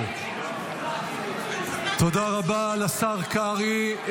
תודה רבה לשר קרעי.